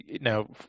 now